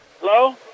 Hello